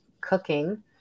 cooking